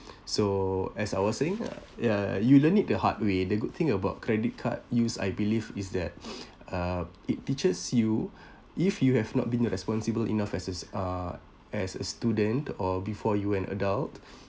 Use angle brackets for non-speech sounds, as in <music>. so as I was saying ah ya you learn it the hard way the good thing about credit card use I believe is that <noise> uh it teaches you if you have not been responsible enough as a uh as a student or before you an adult